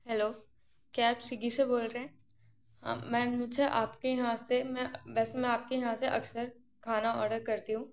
hello क्या आप Swiggy से बोल रहे हैं मैं नीचे आपके यहाँ से मैं वैसे मैं आपके यहाँ से अक्सर खाना ऑर्डर करती हूँ